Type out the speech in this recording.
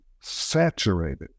saturated